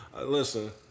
Listen